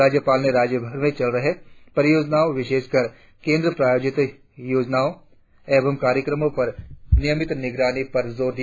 राज्यपाल ने राज्यभर में चल रहे परियोजनाओं विशेषकर केंद्र प्रायोजित योजनाओं एवं कार्यक्रमों पर नियमित निगरानी पर जोर दिया